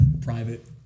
private